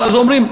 אז אומרים: